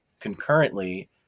concurrently